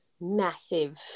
massive